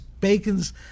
Bacon's